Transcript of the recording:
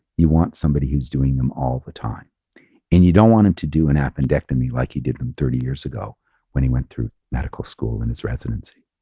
you want somebody who's doing them all the time and you don't want them to do an appendectomy like he did them thirty years ago when he went through medical school and his residency.